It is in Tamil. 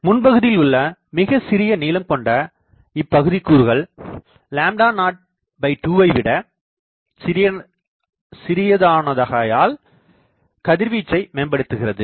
முன்பகுதியில் உள்ள மிகச்சிறிய நீளம் கொண்ட இப்பகுதிகூறுகள் 02வை விட சிறியதானதாகையால்கதிர்வீச்சை மேம்படுத்துகிறது